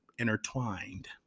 intertwined